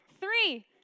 three